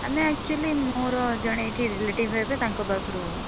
ଆମେ ଆକ୍ଚୁଆଲି ମୋର ଜଣେ ଏଇଠି ରିଲେଟିଭ୍ ହେବେ ତାଙ୍କ ପାଖରୁ